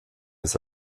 ist